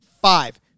five